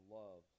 love